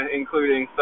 including